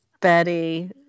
Betty